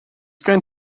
gen